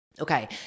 Okay